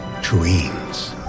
dreams